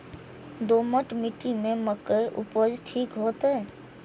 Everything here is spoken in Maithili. दोमट मिट्टी में मक्के उपज ठीक होते?